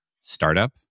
startup